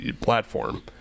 Platform